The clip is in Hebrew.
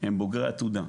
בוגרי עתודה.